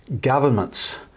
Governments